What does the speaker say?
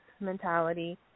mentality